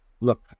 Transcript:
look